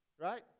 right